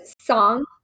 song